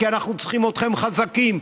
כי אנחנו צריכים אתכם חזקים.